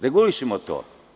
Regulišimo to.